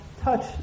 touch